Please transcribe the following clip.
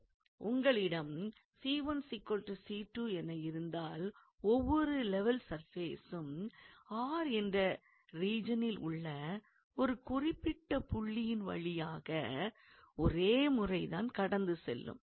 உங்களிடம் 𝑐1 𝑐2 என இருந்தால் ஒவ்வொரு லெவல் சர்பேசும் R என்ற ரீஜனில் உள்ள ஒரு குறிப்பிட்ட புள்ளியின் வழியாக ஒரே முறை தான் கடந்து செல்லும்